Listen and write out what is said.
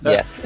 Yes